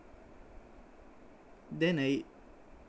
then I